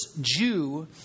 Jew